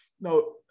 no